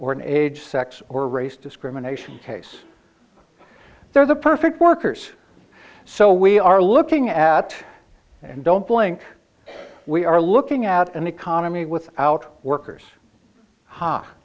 or an age sex or race discrimination case they're the perfect workers so we are looking at and don't blink we are looking at an economy without workers h